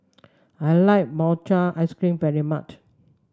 I like Mochi Ice Cream very much